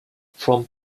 from